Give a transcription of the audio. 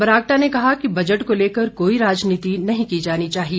बरागटा ने कहा कि बजट को लेकर कोई राजनीति नही की जानी चाहिए